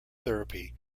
therapy